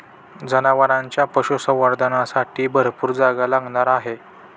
जनावरांच्या पशुसंवर्धनासाठी भरपूर जागा लागणार आहे